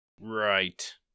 Right